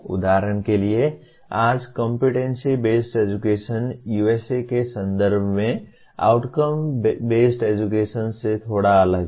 उदाहरण के लिए आज कॉम्पिटेंसी बेस्ड एजुकेशन USA के संदर्भ में आउटकम बेस्ड एजुकेशन से थोड़ा अलग है